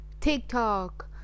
tiktok